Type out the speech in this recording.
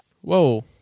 Whoa